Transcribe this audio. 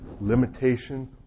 limitation